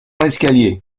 l’escalier